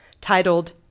titled